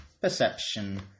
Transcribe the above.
Perception